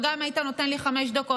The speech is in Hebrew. וגם אם היית נותן לי חמש דקות,